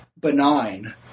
benign